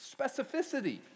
specificity